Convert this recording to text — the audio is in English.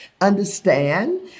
understand